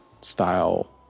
style